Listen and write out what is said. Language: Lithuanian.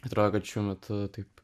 atrodo kad šiuo metu taip